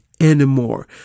anymore